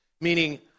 Meaning